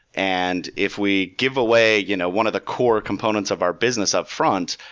and if we give away you know one of the core components of our business upfront,